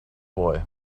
boy